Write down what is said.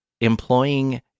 employing